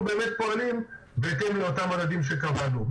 באמת פועלים בהתאם לאותם מדדים שקבענו.